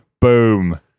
Boom